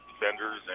defenders